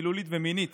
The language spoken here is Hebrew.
מילולית ומינית